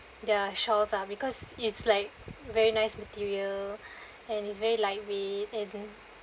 their shawls lah because it's like very nice material and is very lightweight I think